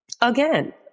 again